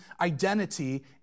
identity